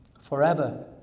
forever